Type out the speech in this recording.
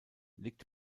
liegt